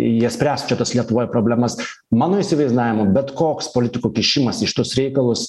jie spręs čia tas lietuvoj problemas mano įsivaizdavimu bet koks politikų kišimąs į šituos reikalus